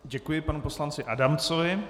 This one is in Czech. Děkuji panu poslanci Adamcovi .